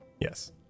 Yes